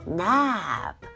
nap